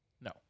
No